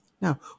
Now